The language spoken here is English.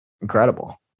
incredible